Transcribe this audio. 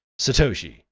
satoshi